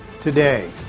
today